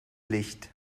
licht